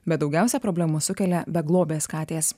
bet daugiausiai problemų sukelia beglobės katės